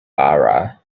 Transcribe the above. performed